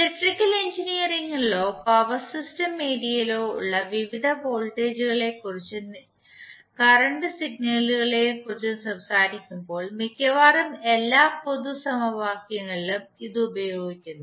electrical എഞ്ചിനീയറിംഗിലോ power system ഏരിയയിലോ ഉള്ള വിവിധ വോൾട്ടേജുകളെക്കുറിച്ചും നിലവിലെ സിഗ്നലുകളെക്കുറിച്ചും സംസാരിക്കുമ്പോൾ മിക്കവാറും എല്ലാ പൊതു സമവാക്യങ്ങളിലും ഇത് ഉപയോഗിക്കുന്നു